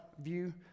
view